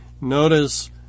Notice